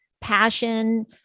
passion